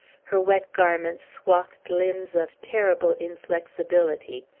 her wet garments swathed limbs of terrible inflexibility.